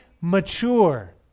mature